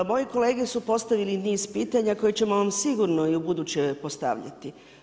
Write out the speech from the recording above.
Moje kolege su postavili i niz pitanja koje ćemo vam sigurno i ubuduće postavljati.